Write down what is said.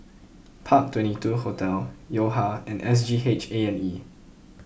Park Twenty two Hotel Yo Ha and S G H A and E